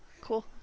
Cool